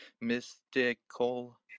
mystical